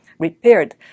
repaired